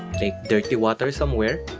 take dirty water somewhere